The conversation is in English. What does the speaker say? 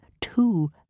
two